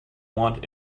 want